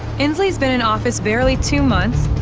inslee's been in office barely two months,